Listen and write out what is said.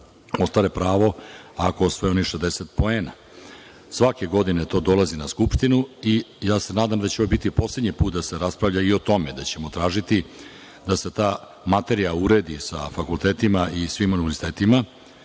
ostvare pravo ako osvoje onih 60 poena. Svake godine to dolazi na Skupštinu i ja se nadam da će ovo biti poslednji put da se raspravlja i o tome, da ćemo tražiti da se ta materija uredi sa fakultetima i svim univerzitetima,